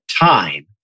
time